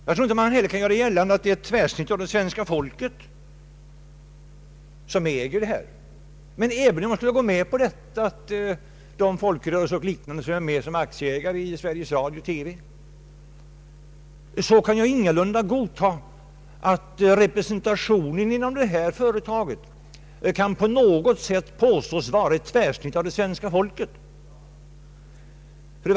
Jag tror inte heller man kan göra gällande att det är ett tvärsnitt av svenska folket som äger detta monopol. även om jag skulle acceptera att folkrörelser och liknande sammanslutningar är med som aktieägare i Sveriges Radio, kan jag ingalunda hålla med om att representationen inom detta företag på något sätt kan anses vara ett tvärsnitt av svenska folket.